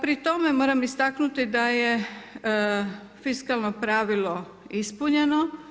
Pri tome moram istaknuti da je fiskalno pravilo ispunjeno.